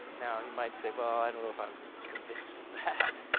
now you might say well i don't know if i'm convinced of that.